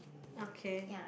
okay